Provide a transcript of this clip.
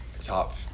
top